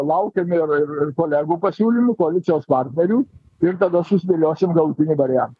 laukiam ir ir ir kolegų pasiūlymų koalicijos partnerių ir tada susidėliosim galutinį variantą